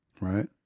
right